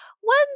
one